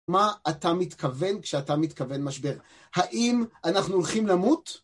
מה אתה מתכוון כשאתה מתכוון משבר? האם אנחנו הולכים למות?